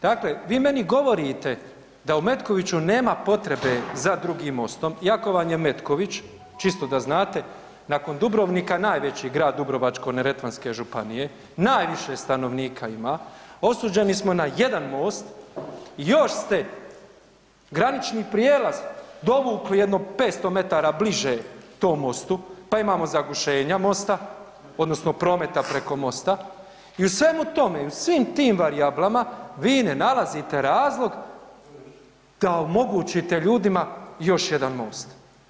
Dakle, vi meni govorite da u Metkoviću nema potrebe za drugim mostom iako vam je Metković, čisto da znate, nakon Dubrovnika najveći grad Dubrovačko-neretvanske županije, najviše stanovnika ima, osuđeni smo na jedan most, još ste granični prijelaz dovukli jedno 500 metara bliže tom mostu, pa imamo zagušenja mosta odnosno prometa preko mosta i u svemu tome i u svim tim varijablama vi ne nalazite razlog da omogućite ljudima još jedan most.